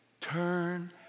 turn